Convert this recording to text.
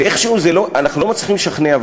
ואיכשהו אנחנו לא מצליחים לשכנע,